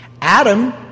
Adam